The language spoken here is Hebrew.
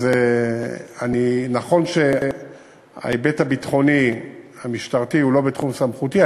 אז נכון שההיבט הביטחוני-המשטרתי הוא לא בתחום סמכותי.